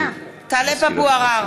(קוראת בשמות חברי הכנסת) טלב אבו עראר,